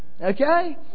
Okay